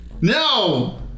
No